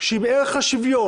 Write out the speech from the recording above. שאם ערך השוויון,